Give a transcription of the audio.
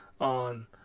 on